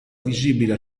visibile